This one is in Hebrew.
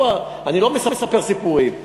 אני לא מספר סיפורים.